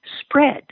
spread